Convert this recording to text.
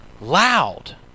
loud